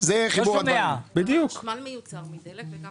החשמל מיוצר מדלק, וגם